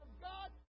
God